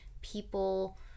people